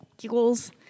giggles